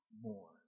more